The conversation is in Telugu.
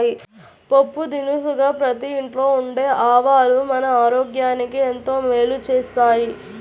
పోపు దినుసుగా ప్రతి ఇంట్లో ఉండే ఆవాలు మన ఆరోగ్యానికి ఎంతో మేలు చేస్తాయి